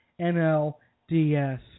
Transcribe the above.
NLDS